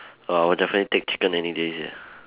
oh I would definitely take chicken any day sia